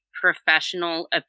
professional